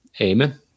Amen